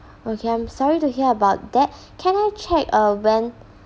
okay I'm sorry to hear about that can I check uh when